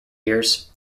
years